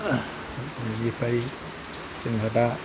बेनिफ्राय जोङो दा